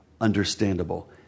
understandable